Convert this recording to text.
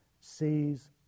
sees